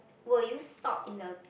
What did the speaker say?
will you stop in the